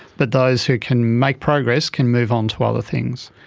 but those who can make progress can move on to other things.